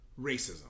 racism